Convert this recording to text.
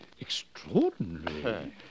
extraordinary